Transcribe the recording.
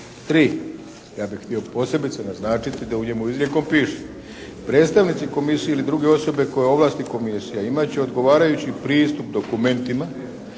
3. Ja bih htio posebice naznačiti da u njemu izrijekom piše: "predstavnici komisije ili druge osobe koje ovlasti komisija imat će odgovarajući pristup dokumentima